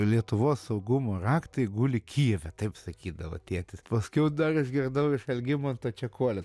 lietuvos saugumo raktai guli kijeve taip sakydavo tėtis paskiau dar išgirdau iš algimanto čekuolio